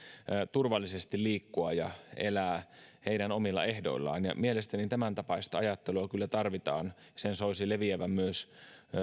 turvallisesti liikkua ja elää omilla ehdoillaan ja mielestäni tämän tapaista ajattelua kyllä tarvitaan sen soisi leviävän myös